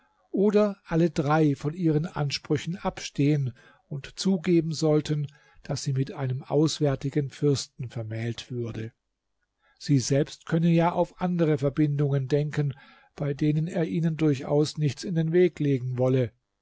oder alle drei von ihren ansprüchen abstehen und zugeben sollten daß sie mit einem auswärtigen fürsten vermählt würde sie selbst könne ja auf andere verbindungen denken bei denen er ihnen durchaus nichts in den weg legen wolle